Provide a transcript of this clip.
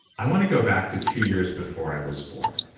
i want to go back to two years before i was born,